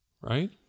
Right